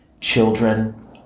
Children